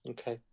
Okay